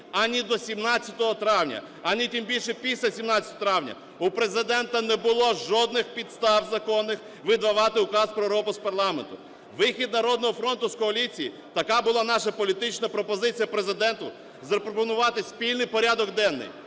ані до 17 травня, ані, тим більше, після 17 травня у Президента не було жодних підстав законних видавати указ про розпуск парламенту. Вихід "Народного фронту" з коаліції – така була наша політична пропозиція Президенту, запропонувати спільний порядок денний.